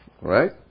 Right